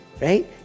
right